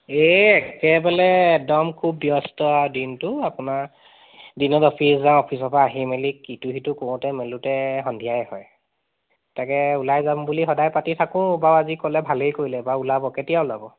এ একেবালে একদম খুব ব্যস্ত আৰু দিনটো আপোনাৰ দিনত অফিচলৈ যাওঁ অফিচৰ পৰা আহি মেলি ইটো সিটো কৰোঁতে মেলোঁতে সন্ধিয়াই হয় তাকে ওলাই যাম বুলি সদায় পাতি থাকোঁ বাৰু আজি ক'লে বাৰু ভালে কৰিলে বাৰু ওলাব কেতিয়া ওলাব